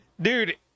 Dude